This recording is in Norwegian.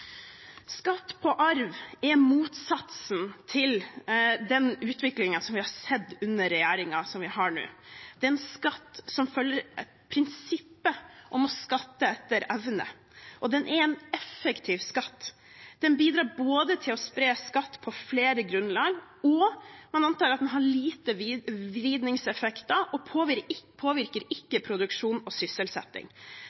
Skatt på arv er motsatsen til den utviklingen som vi har sett under regjeringen som vi har nå. Det er en skatt som følger prinsippet om å skatte etter evne, og det er en effektiv skatt. Den bidrar til å spre skatt på flere grunnlag, og i tillegg antar man at den har få vridningseffekter og ikke påvirker